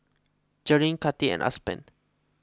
Jerilynn Kati and Aspen